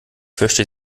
fürchte